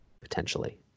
potentially